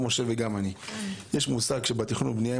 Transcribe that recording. יש מושג שבתכנון בנייה,